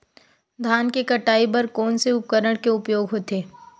धान के कटाई बर कोन से उपकरण के उपयोग होथे?